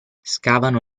scavano